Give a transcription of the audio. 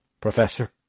Professor